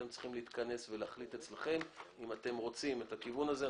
אתם צריכים להתכנס ולהחליט אצלכם אם אתם רוצים את הכיוון הזה.